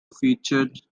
featured